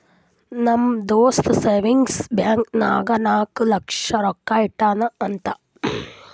ನಮ್ ದೋಸ್ತ savings bank ನಾಗ್ ನಾಲ್ಕ ಲಕ್ಷ ರೊಕ್ಕಾ ಇಟ್ಟಾನ್ ಅಂತ್